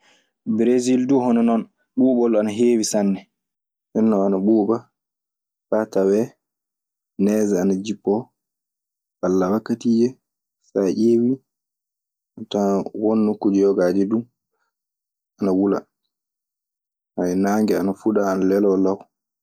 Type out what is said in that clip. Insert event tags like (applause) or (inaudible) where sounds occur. Bresil dun hono no ɓubol ana hewi sanne. Nden non ana ɓuuɓa faa tawee nees ana jippoo. Walla wakkatiije, so a ƴeewii, a tawan won nokkuuje yogaaje duu na wula. (hesitation) naandge ana fuɗa, ana leloo law.